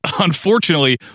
unfortunately